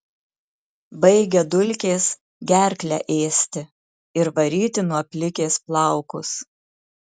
baigia dulkės gerklę ėsti ir varyti nuo plikės plaukus